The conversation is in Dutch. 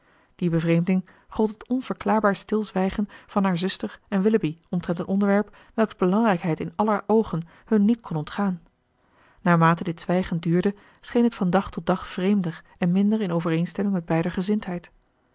die bevreemding gold het onverklaarbaar stilzwijgen van haar zuster en willoughby omtrent een onderwerp welks belangrijkheid in aller oogen hun niet kon ontgaan naarmate dit zwijgen duurde scheen het van dag tot dag vreemder en minder in overeenstemming met beider gezindheid